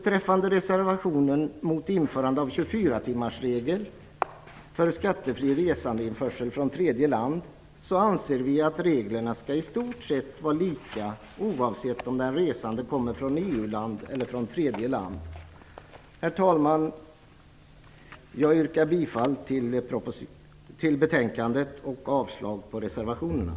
timmarsregeln för skattefri resandeinförsel från tredje land anser vi att reglerna skall i stort sett vara lika oavsett om den resande kommer från EU-land eller från tredje land. Herr talman! Jag yrkar bifall till utskottets hemställan och avslag på reservationerna.